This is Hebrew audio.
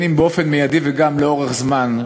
אם באופן מיידי ואם לאורך זמן,